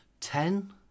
ten